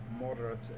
moderate